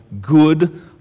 good